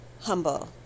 humble